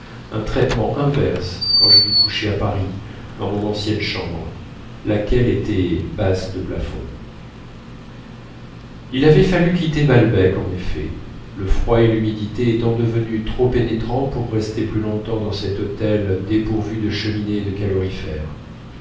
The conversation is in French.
un traitement inverse quand je dus coucher à paris dans mon ancienne chambre laquelle était basse de plafond il avait fallu quitter balbec en effet le froid et l'humidité étant devenus trop pénétrants pour rester plus longtemps dans cet hôtel dépourvu de cheminées et de